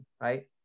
right